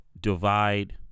divide